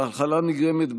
המחלה נגרמת,